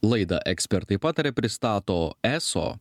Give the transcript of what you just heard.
laidą ekspertai pataria pristato eso